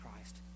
Christ